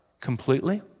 completely